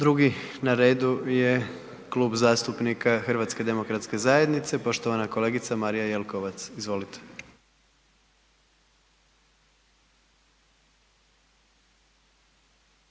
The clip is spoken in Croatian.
Drugi na redu je Klub zastupnika HDZ-a, poštovana kolegica Marija Jelkovac. Izvolite.